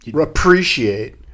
appreciate